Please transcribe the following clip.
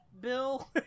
Bill